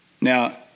Now